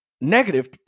negative